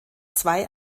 zwei